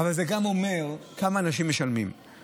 אבל יש גם את בתי החולים,